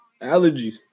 Allergies